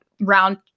round